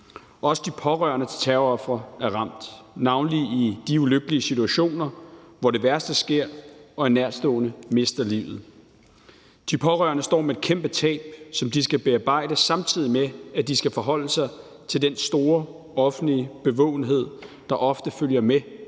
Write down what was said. Også de pårørende til terrorofre er ramt, navnlig i de ulykkelige situationer, hvor det værste sker og en nærtstående mister livet. De pårørende står med et kæmpe tab, som de skal bearbejde, samtidig med at de skal forholde sig til den store offentlige bevågenhed, der ofte følger med